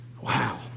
Wow